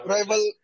Rival